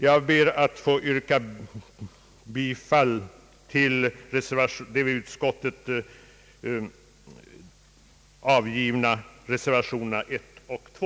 Jag ber att få yrka bifall till de vid utskottets utlåtande avgivna reservationerna 1 och 2.